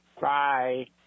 Bye